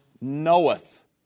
knoweth